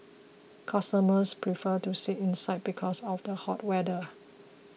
customers prefer to sit inside because of the hot weather